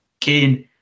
Kane